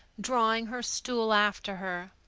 drawing her stool after her.